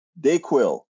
Dayquil